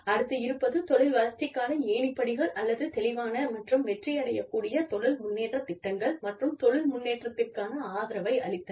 அடுத்து இருப்பது தொழில் வளர்ச்சிக்கான ஏணிப்படிகள் அல்லது தெளிவான மற்றும் வெற்றி அடையக் கூடிய தொழில் முன்னேற்றத் திட்டங்கள் மற்றும் தொழில் முன்னேற்றத்திற்கான ஆதரவை அளித்தல்